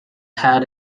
had